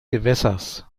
gewässers